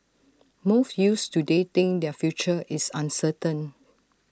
most youths today think their future is uncertain